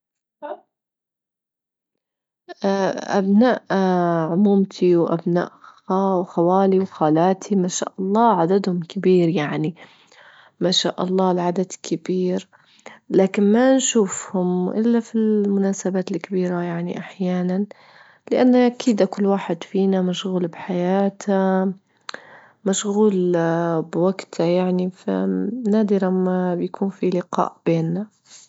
أبناء عمومتي وأبناء خ- خوالي وخالاتي ما شاء الله عددهم كبير يعني، ما شاء الله العدد كبير، لكن ما نشوفهم إلا في المناسبات الكبيرة يعني أحيانا، لأن أكيدة كل واحد فينا مشغول بحياته، مشغول بوجته يعني، فنادرا ما بيكون في لقاء بينا.